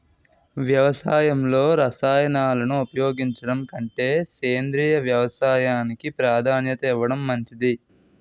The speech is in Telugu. వ్యవసాయంలో రసాయనాలను ఉపయోగించడం కంటే సేంద్రియ వ్యవసాయానికి ప్రాధాన్యత ఇవ్వడం మంచిది